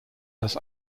das